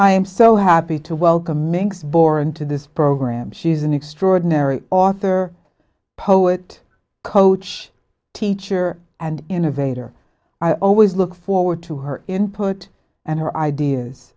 i am so happy to welcome minks boren to this program she's an extraordinary author poet coach teacher and innovator i always look forward to her input and her ideas